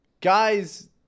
Guys